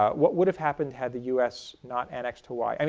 what would have happened had the u s. not annexed hawaii? i mean